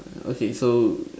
uh okay so